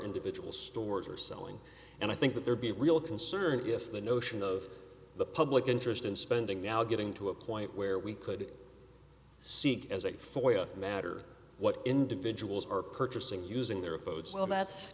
individual stores are selling and i think that there be a real concern if the notion of the public interest in spending now getting to a point where we could seek as a foil matter what individuals are purchasing using their cell that's